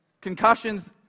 concussions